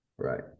Right